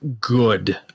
good